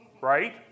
right